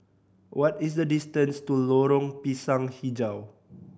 what is the distance to Lorong Pisang Hijau